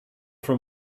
from